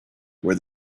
where